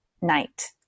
night